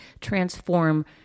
transform